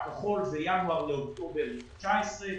הכחול זה ינואר-אוקטובר 2019,